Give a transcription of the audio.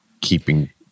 keeping